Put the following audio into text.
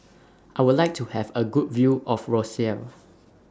I Would like to Have A Good View of Roseau